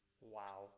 Wow